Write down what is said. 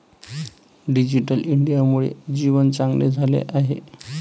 digital इंडियामुळे जीवन चांगले झाले आहे